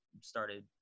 started